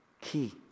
Key